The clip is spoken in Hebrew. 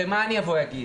הרי מה אני אבוא אגיד?